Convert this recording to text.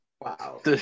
wow